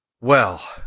Well